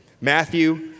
Matthew